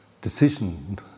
decision